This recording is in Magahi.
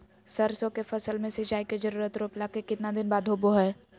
सरसों के फसल में सिंचाई के जरूरत रोपला के कितना दिन बाद होबो हय?